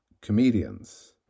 comedians